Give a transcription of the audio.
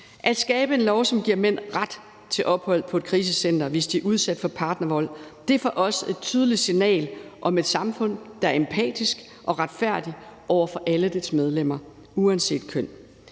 At skabe en lovgivning, som giver mænd ret til ophold på et krisecenter, hvis de er udsat for partnervold, sender for os et tydeligt signal om et samfund, der er empatisk og retfærdigt over for alle dets medlemmer uanset køn.